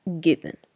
Given